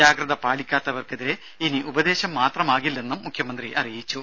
ജാഗ്രത പാലിക്കാത്തവർക്കെതിരെ ഇനി ഉപദേശം മാത്രമാകില്ലെന്നും മുഖ്യമന്ത്രി അറിയിച്ചു